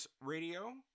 Radio